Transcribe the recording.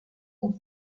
sont